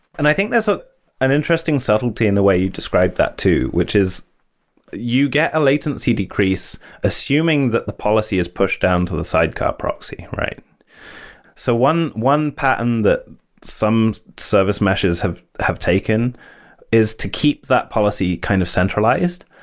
and i think there's ah an interesting subtlety in the way you describe that too, which is you get a latency decrease assuming that the policy is pushed down to the sidecar proxy. so one one pattern that some service meshes have have taken is to keep that policy kind of centralized.